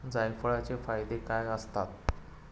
जायफळाचे फायदे काय असतात?